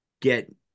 get